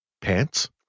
Pants